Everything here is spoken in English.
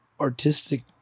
artistic